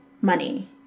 money